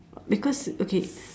because okay